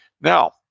Now